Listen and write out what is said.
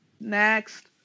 next